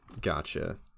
gotcha